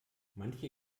manche